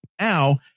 now